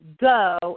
Go